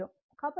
కాబట్టి ఇది √5